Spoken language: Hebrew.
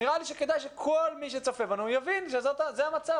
נראה לי שכדאי שכל מי שצופה בנו יבין שזה המצב.